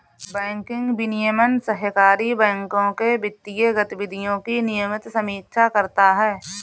banking विनियमन सहकारी बैंकों के वित्तीय गतिविधियों की नियमित समीक्षा करता है